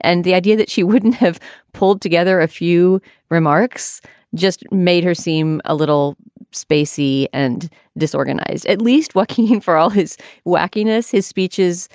and the idea that she wouldn't have pulled together a few remarks just made her seem a little spacey and disorganized, at least whacking him for all his wackiness. his speeches